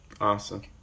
awesome